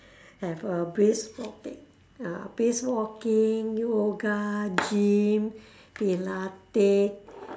have uh brisk walking ah brisk walking yoga gym pilate